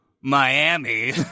Miami